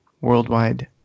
Worldwide